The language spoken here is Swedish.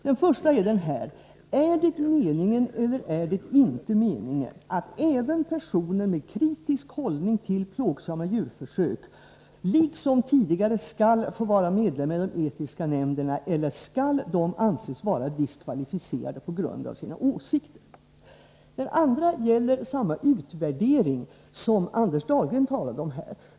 Den första är: Är det eller är det inte meningen att även personer med kritisk hållning till plågsamma djurförsök liksom tidigare skall få vara medlemmar i de etiska nämnderna, eller skall de anses vara diskvalificerade på grund av sina åsikter? Den andra gäller samma utvärdering som Anders Dahlgren här talade om.